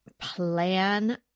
plan